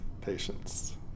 Patience